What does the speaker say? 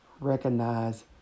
recognize